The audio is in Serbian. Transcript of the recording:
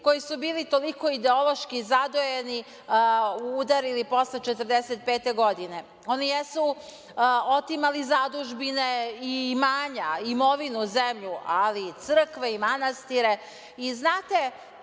koji su bili toliko ideološki zadojeni udarili posle 1945. godine. Oni jesu otimali zadužbine i imanja, imovinu, zemlju, ali crkve i manastire.